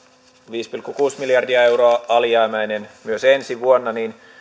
viisi pilkku kuusi miljardia euroa alijäämäinen myös ensi vuonna